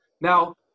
Now